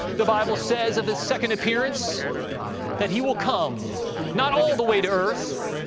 the bible says of his second appearance that he will come not all the way to earth,